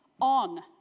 on